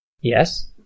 Yes